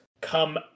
come